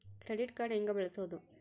Credit card ಹೆಂಗ ಬಳಸೋದು?